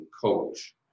coach